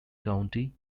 county